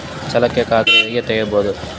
ಚಾಲತಿ ಖಾತಾ ಹೆಂಗ್ ತಗೆಯದು?